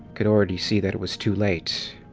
could already see that it was too late.